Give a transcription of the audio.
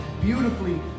beautifully